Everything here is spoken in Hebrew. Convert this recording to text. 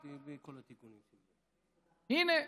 הינה,